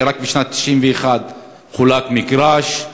שרק בשנת 1991 חולק מגרש,